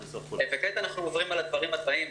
כעת אנחנו עוברים על הדברים הבאים,